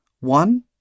One